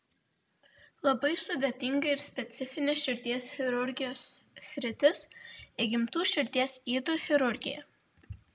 labai sudėtinga ir specifinė širdies chirurgijos sritis įgimtų širdies ydų chirurgija